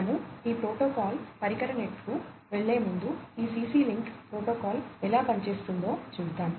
మనము ఈ ప్రోటోకాల్ పరికర నెట్కు వెళ్లేముందు ఈ CC లింక్ ప్రోటోకాల్ ఎలా పనిచేస్తుందో చూద్దాం